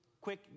quick